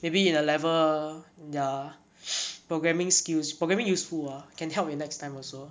maybe in A level ya programming skills programming useful ah can help in next time also